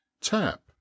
tap